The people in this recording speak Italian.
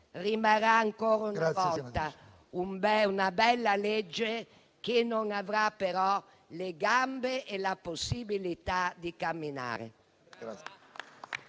rimarrà ancora una volta una bella legge che non avrà però le gambe e la possibilità di camminare.